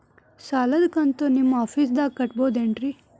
ಸಾಲದ ಕಂತು ನಿಮ್ಮ ಆಫೇಸ್ದಾಗ ಕಟ್ಟಬಹುದೇನ್ರಿ?